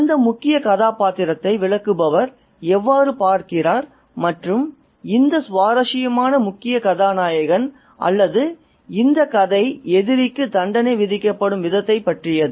அந்த முக்கிய கதாபாத்திரத்தை விளக்குபவர் எவ்வாறு பார்க்கிறார் மற்றும் இந்த சுவாரஸ்யமான முக்கிய கதாநாயகன் அல்லது இந்த கதை எதிரிக்கு தண்டனை விதிக்கப்படும் விதத்தைப் பற்றியது